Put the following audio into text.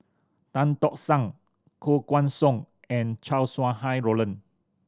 Tan Tock San Koh Guan Song and Chow Sau Hai Roland